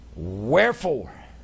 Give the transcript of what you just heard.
Wherefore